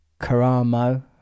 Caramo